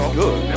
good